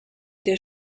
der